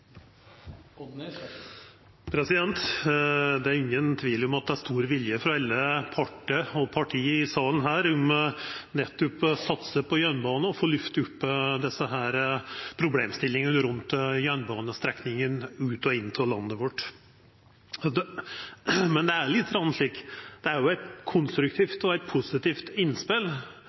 enige. Det er ingen tvil om at det er stor vilje frå alle partar og parti i salen om å satsa på jernbane og få lyfta opp problemstillingane rundt jernbanestrekningane ut frå og inn til landet vårt. Det er eit konstruktivt og positivt innspel, og eg vert lite grann forundra når eg høyrer statsråden visa til at det er svartmåling og